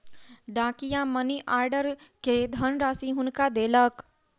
डाकिया money order के धनराशि हुनका देलक